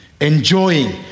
enjoying